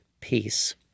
peace